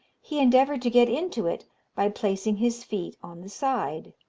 he endeavoured to get into it by placing his feet on the side.